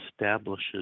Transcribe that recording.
establishes